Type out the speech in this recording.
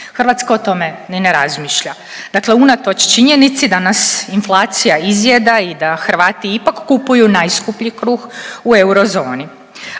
Hrvatska o tome ni ne razmišlja. Dakle unatoč činjenici da nas inflacija izjeda i da Hrvati ipak kupuju najskuplji kruh u eurozoni,